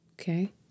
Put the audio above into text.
Okay